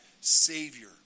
Savior